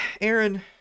Aaron